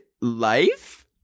life